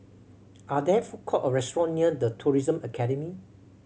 are there food court or restaurant near The Tourism Academy